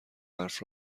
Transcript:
حرف